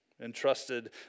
Entrusted